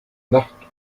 nachtruhe